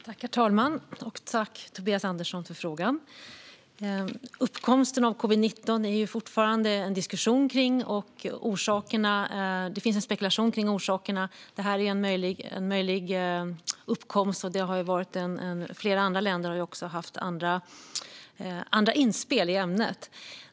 Herr talman! Tack, Tobias Andersson, för frågan! Kring uppkomsten av covid-19 finns det fortfarande diskussioner och spekulationer. Det här är en möjlig uppkomst, och flera andra länder har haft andra inspel i ämnet.